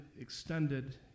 extended